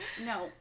No